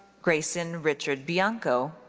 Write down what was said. grayson richard bianco.